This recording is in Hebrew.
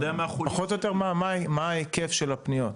פחות או יותר מה ההיקף של הפניות?